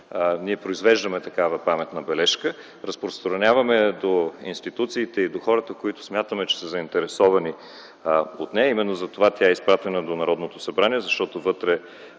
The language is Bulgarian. ние произвеждаме такава паметна бележка, разпространяваме я до институциите и до хората, които смятаме, че са заинтересовани от нея. Именно затова тя е изпратена до Народното събрание, защото вътре